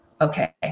okay